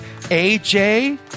AJ